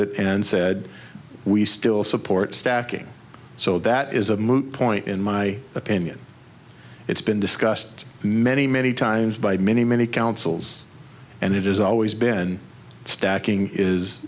it and said we still support stacking so that is a moot point in my opinion it's been discussed many many times by many many councils and it has always been stacking is